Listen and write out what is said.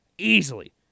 Easily